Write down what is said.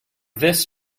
this